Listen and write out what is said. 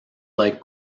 like